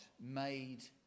made